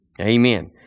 Amen